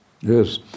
Yes